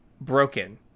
broken